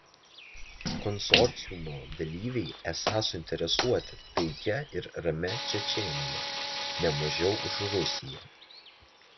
konsorciumo dalyviai esą suinteresuoti taikia ir ramia čečėnija ne mažiau už rusiją